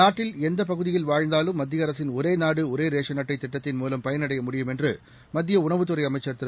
நாட்டில் எந்த பகுதியில் வாழந்தாலும் மத்திய அரசின் ஒரே நாடு ஒரே ரேஷன் அட்டை திட்டததின் மூலம் பயனடைய முடியும் என்று மத்திய உணவுத் துறை அமைச்சர் திரு